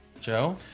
Joe